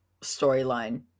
storyline